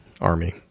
army